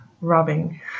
rubbing